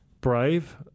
brave